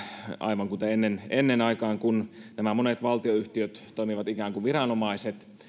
aivan kuten ennen ennen aikaan kun monet valtionyhtiöt toimivat ikään kuin viranomaiset ja